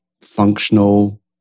functional